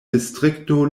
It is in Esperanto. distrikto